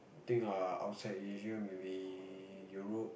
think uh outside Asia maybe Europe